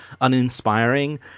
uninspiring